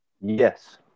Yes